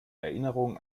erinnerung